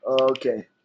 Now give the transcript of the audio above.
Okay